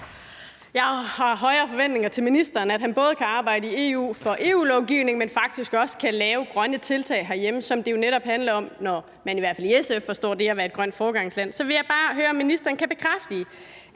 Jeg har højere forventninger til ministeren, nemlig at han både kan arbejde i EU for EU-lovgivning, men faktisk også kan lave grønne tiltag herhjemme, som det jo netop handler om, når man i hvert fald i SF har den forståelse af at være et grønt foregangsland. Så vil jeg bare høre, om ministeren kan bekræfte,